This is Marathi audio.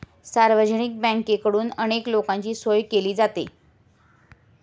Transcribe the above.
सार्वजनिक बँकेकडून अनेक लोकांची सोय केली जाते